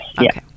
yes